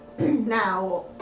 Now